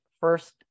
first